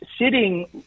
sitting